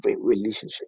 relationship